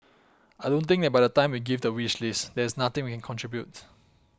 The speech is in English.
I don't think that by the time we give the wish list there is nothing we contribute